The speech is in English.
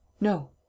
No